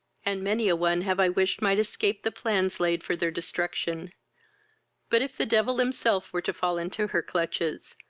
and many a one have i wished might escape the plans laid for their destruction but, if the devil himself were to fall into her clutches,